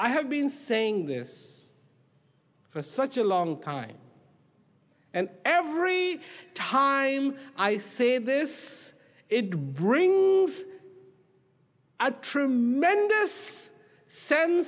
i have been saying this for such a long time and every time i say this it brings a tremendous sen